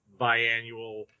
biannual